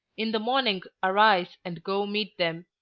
in the morning arise, and go meet them.